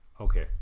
Okay